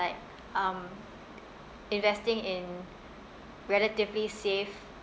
like um investing in relatively safe